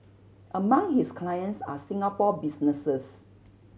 among his clients are Singapore businesses